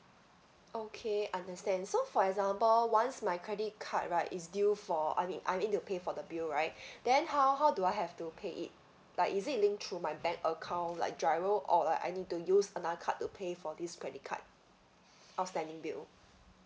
okay understand so for example once my credit card right is due for I mean I need to pay for the bill right then how how do I have to pay it like is it link through my bank account like GIRO or like I need to use another card to pay for this credit card outstanding bill